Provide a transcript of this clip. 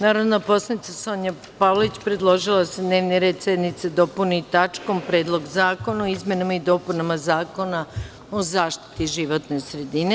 Narodna poslanica Sonja Pavlović predložila je da se dnevni red sednice dopuni tačkom – Predlog zakona o izmenama i dopunama Zakona o zaštiti životne sredine.